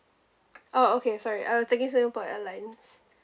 oh okay sorry I was taking singapore airlines